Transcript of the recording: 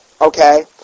Okay